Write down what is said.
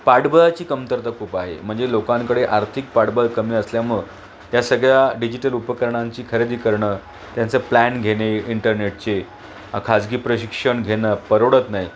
पाठबळाची कमतरता खूप आहे म्हणजे लोकांकडे आर्थिक पाठबळ कमी असल्यामुळं या सगळ्या डिजिटल उपकरणांची खरेदी करणं त्यांचं प्लॅन घेणे इंटरनेटचे खाजगी प्रशिक्षण घेणं परवडत नाही